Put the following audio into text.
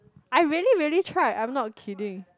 I really really tried I'm not kidding